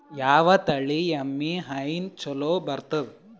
ಯಾವ ತಳಿ ಎಮ್ಮಿ ಹೈನ ಚಲೋ ಬರ್ತದ?